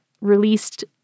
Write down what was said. released